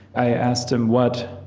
i asked him what